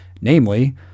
Namely